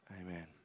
Amen